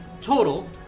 Total